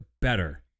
better